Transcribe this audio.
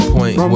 Point